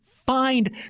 find